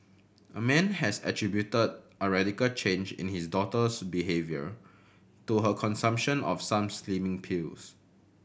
a man has attributed a radical change in his daughter's behaviour to her consumption of some slimming pills